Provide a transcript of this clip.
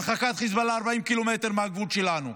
הרחקת חיזבאללה 40 ק"מ מהגבול שלנו.